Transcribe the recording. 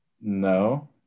No